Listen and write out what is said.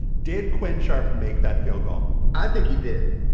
did quinn sharpe make that field goal? i think he did.